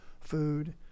food